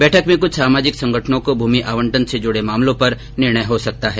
बैठक में कृछ सामाजिक संगठनों को भूमि आवंटन से जुड़े मामलों पर निर्णय हो सकता है